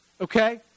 okay